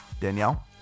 Danielle